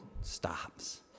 stops